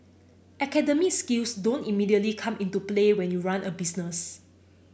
academic skills don't immediately come into play when you run a business